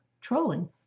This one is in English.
trolling